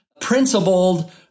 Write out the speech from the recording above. principled